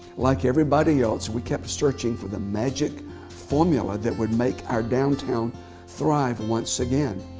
like everybody else, we kept searching for the magic formula that would make our downtown thrive once again.